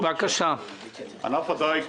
ענף הדיג,